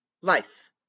life